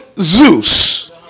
Zeus